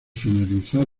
finalizar